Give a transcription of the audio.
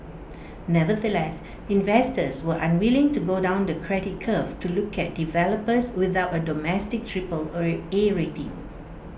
nevertheless investors were unwilling to go down the credit curve to look at developers without A domestic triple A rating